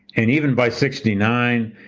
and even by sixty nine